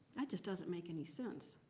that just doesn't make any sense.